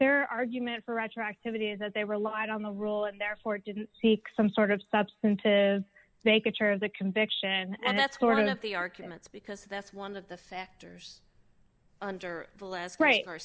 their argument for roger activities that they relied on the rule and therefore didn't seek some sort of substantive make a chart of the conviction and that sort of the arguments because that's one of the factors under the last great